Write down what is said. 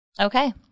Okay